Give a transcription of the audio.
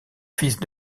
fils